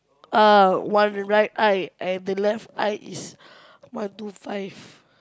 ah one right eye and the left eye is one two five